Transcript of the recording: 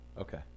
Okay